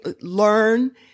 learn